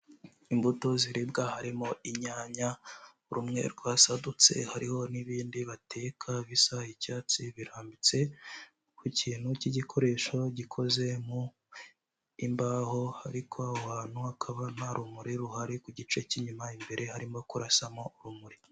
Imbuto ziribwa harimo inyanya, rumwe rwasadutse, hariho n'ibindi bateka bisa icyatsi, birambitse ku kintu k'igikoresho gikoze mu mbaho ariko aho hantu hakaba nta rumuri ruhari ku gice k'inyuma, imbere harimo kurasamo urumuri.